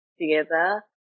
together